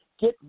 Get